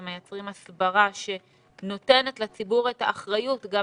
ומייצרים הסברה שנותנת לציבור את האחריות גם